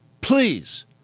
please